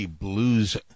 blues